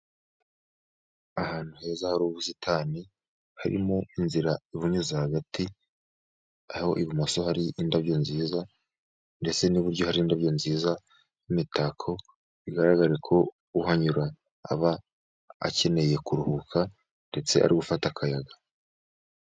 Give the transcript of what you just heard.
Ahantu heza hari ubusitani, harimo inzira ibunyuze hagati, aho ibumoso hari indabyo nziza, ndetse n'iburyo hari indabyo nziza n'imitako, bigaragara ko uhanyura aba akeneye kuruhuka, ndetse ari gufata akayaga.